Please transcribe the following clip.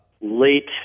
late